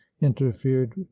interfered